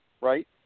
right